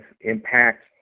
impact